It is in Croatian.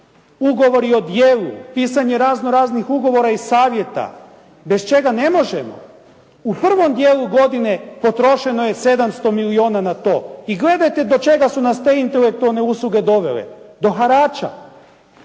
ugovori o djelu, pisanje razno raznih ugovora i savjeta, bez čega ne možemo. U prvom djelu godine potrošeno je 700 milijona na to, i gledajte do čega su nas te intelektualne usluge dovele. Do harača.